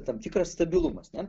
tam tikras stabilumas ne